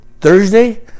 Thursday